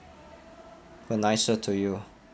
are nicer to you